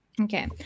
Okay